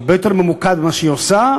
הרבה יותר ממוקד ממה שהיא עושה,